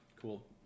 Cool